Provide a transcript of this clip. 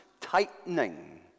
tightening